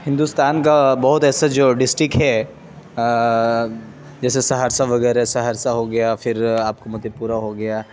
ہندوستان کا بہت ایسا جو ڈسٹرکٹ ہے جیسے سہرسہ وغیرہ سہرسہ ہو گیا فر آپ کو مدھے پورہ ہو گیا